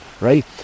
right